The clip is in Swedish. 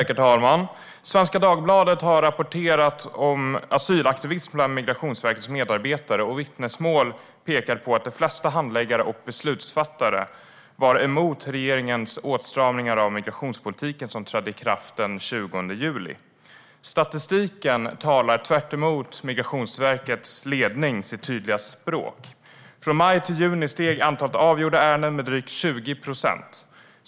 Herr talman! Svenska Dagbladet har rapporterat om asylaktivism bland Migrationsverkets medarbetare. Vittnesmål pekar på att de flesta handläggare och beslutsfattare var emot regeringens åtstramningar av migrationspolitiken som trädde i kraft den 20 juli. Statistiken talar tvärtemot Migrationsverkets ledning sitt tydliga språk. Från maj till juni steg antalet avgjorda ärenden med drygt 20 procent.